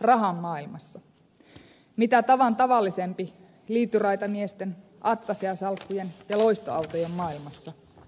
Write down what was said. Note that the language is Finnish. rahan maailmassa mitä tavan tavallisempi liituraitamiesten attaseasalkkujen ja loistoautojen maailmassa